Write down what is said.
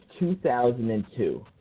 2002